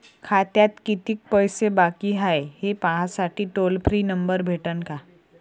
खात्यात कितीकं पैसे बाकी हाय, हे पाहासाठी टोल फ्री नंबर भेटन का?